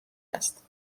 است